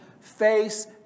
face